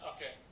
Okay